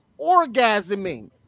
orgasming